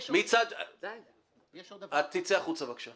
--- צא החוצה, בבקשה.